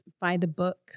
by-the-book